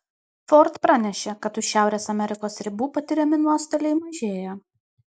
ford pranešė kad už šiaurės amerikos ribų patiriami nuostoliai mažėja